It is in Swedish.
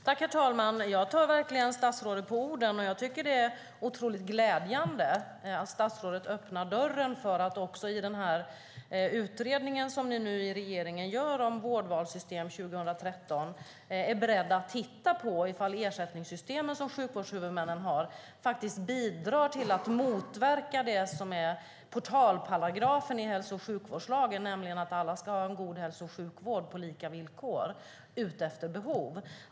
Herr talman! Jag tar verkligen statsrådet på orden. Det är otroligt glädjande att statsrådet öppnar dörren för att i regeringens utredning om vårdvalssystem 2013 titta på ifall sjukvårdshuvudmännens ersättningssystem bidrar till att motverka det som är portalparagrafen i hälso och sjukvårdslagen, nämligen att alla ska ha en god hälso och sjukvård på lika villkor och utifrån behov.